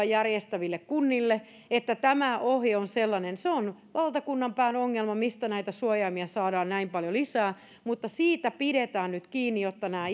järjestäville kunnille että tämä ohje on sellainen se on valtakunnan pään ongelma mistä näitä suojaimia saadaan näin paljon lisää mutta siitä pidetään nyt kiinni jotta nämä